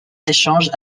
d’échange